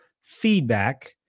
feedback